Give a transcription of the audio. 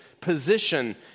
position